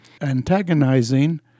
antagonizing